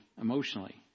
emotionally